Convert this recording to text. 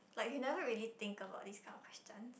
like you never really think about this kind of question